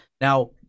Now